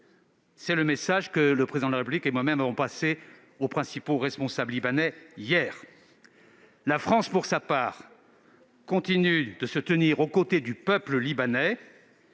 est le message que le Président de la République et moi-même avons adressé aux principaux responsables libanais hier. La France, pour sa part, continue de se tenir aux côtés du peuple libanais.